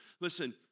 Listen